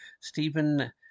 Stephen